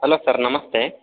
hello sir ನಮಸ್ತೆ